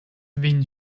vin